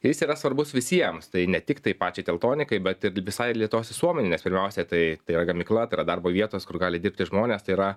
ir jis yra svarbus visiems tai ne tik tai pačiai teltonikai bet ir visai lėtuos visuomenei nes pirmiausia tai tai yra gamykla tai yra darbo vietos kur gali dirbti žmonės tai yra